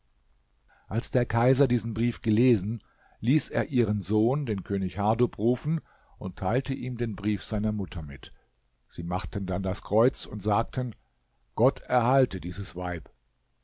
als der kaiser diesen brief gelesen ließ er ihren sohn den könig hardub rufen und teilte ihm den brief seiner mutter mit sie machten dann das kreuz und sagten gott erhalte dieses weib